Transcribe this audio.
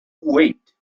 wait